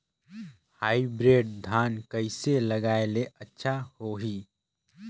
Hybrid धान कइसे लगाय ले अच्छा होही?